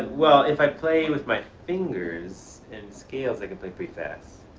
well, if i play with my fingers in scales, i can play pretty fast.